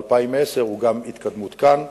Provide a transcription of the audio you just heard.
ב-2010 הוא גם התקדמות כאן.